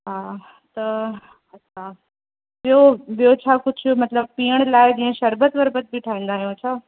हा त हा ॿियो ॿियो छा कुझु मतिलबु पीअण लाइ जीअं शरबत वरबत बि ठाहींदा आहियो छा